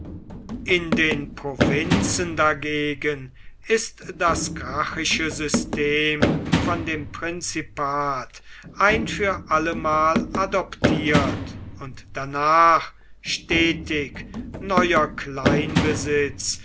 in den provinzen dagegen ist das gracchische system von dem prinzipat ein für allemal adoptiert und danach stetig neuer